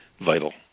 vital